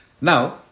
Now